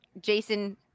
Jason